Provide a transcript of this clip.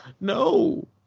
No